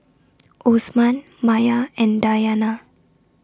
Osman Maya and Dayana